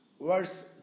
verse